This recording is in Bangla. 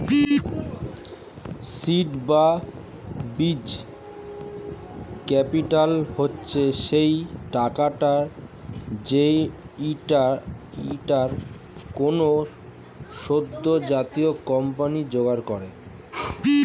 সীড বা বীজ ক্যাপিটাল হচ্ছে সেই টাকাটা যেইটা কোনো সদ্যোজাত কোম্পানি জোগাড় করে